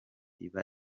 iba